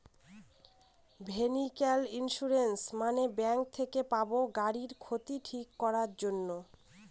vehicle insurance মানে bank থেকে পাবো গাড়ির ক্ষতি ঠিক করাক জন্যে